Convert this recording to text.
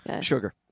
Sugar